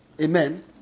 Amen